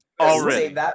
Already